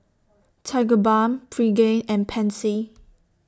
Tigerbalm Pregain and Pansy